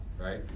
right